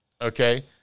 okay